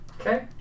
Okay